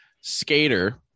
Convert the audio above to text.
Skater